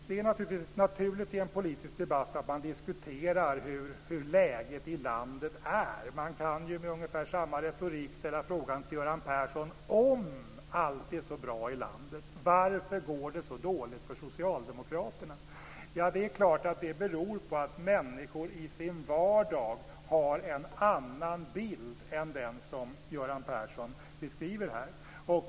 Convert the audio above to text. Det är förstås naturligt i en politisk debatt att man diskuterar hur läget i landet är. Man kan med ungefär samma retorik ställa frågan till Göran Persson: Om allt är så bra i landet, varför går det så dåligt för Socialdemokraterna? Det är klart att det beror på att människor i sin vardag har en annan bild än den som Göran Persson beskriver här.